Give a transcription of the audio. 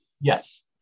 Yes